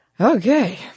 Okay